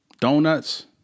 donuts